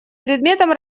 предметом